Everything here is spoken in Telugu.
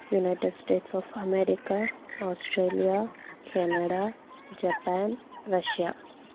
United States of America Australia Canada Japan Russia